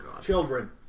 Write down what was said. Children